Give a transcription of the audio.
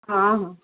ହଁ ହଁ